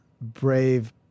brave